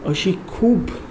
अशी खूब